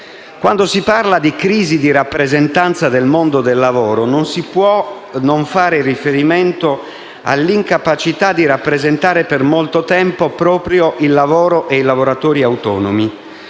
Quando si parla di crisi di rappresentanza del mondo del lavoro non si può non fare riferimento all'incapacità di rappresentare per molto tempo il lavoro e i lavoratori autonomi.